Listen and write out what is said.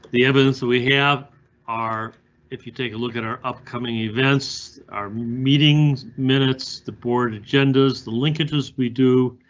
the evidence we have our if you take a look at our upcoming events are meeting minutes, the board agendas, the linkages, we do.